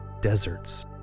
deserts